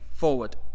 forward